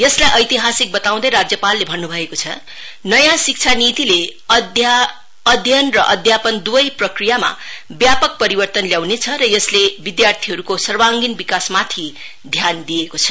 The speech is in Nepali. यसलाई ऐतिहासिक बताउँदै राज्यपाल ले भन्नु भएको छ नयाँ शिक्षा नीतिले अध्ययन र अध्यापन दुवै प्रक्रियामा व्यापक परिवर्तन ल्याउनेछ र यसले विद्यार्थीहरूको सर्वाङ्गिन विकासमाथि ध्यान दिएको छ